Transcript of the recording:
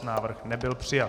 Návrh nebyl přijat.